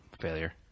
Failure